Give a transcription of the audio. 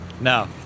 No